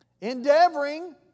Endeavoring